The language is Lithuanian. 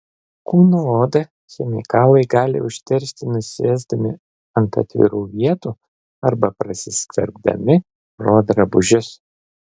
kūno odą chemikalai gali užteršti nusėsdami ant atvirų vietų arba prasiskverbdami pro drabužius